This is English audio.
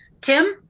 Tim